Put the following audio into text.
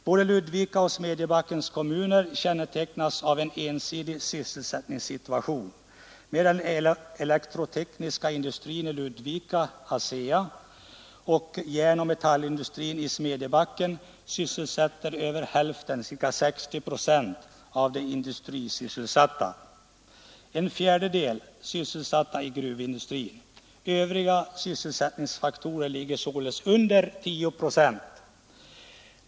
Både Ludvika och Smedjebackens kommuner kännetecknas av en ensidig sysselsättningssituation. Den elektrotekniska industrin i Ludvika — ASEA =— och järnoch metallindustrin i Smedjebacken sysselsätter ca 60 procent av de industrisysselsatta. En fjärdedel sysselsätts i gruvindustrin. Övriga sysselsättningsfaktorer svarar således för omkring 10 procent.